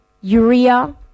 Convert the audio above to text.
urea